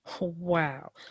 Wow